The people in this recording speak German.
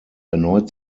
erneut